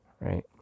Right